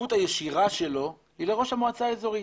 הכפיפות הישירה שלו היא לראש המועצה האזורית